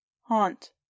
Haunt